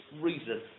reason